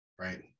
Right